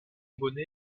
bonnet